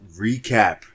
recap